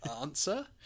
answer